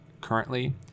currently